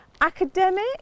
academic